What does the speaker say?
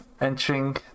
Entering